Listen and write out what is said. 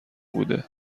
بوده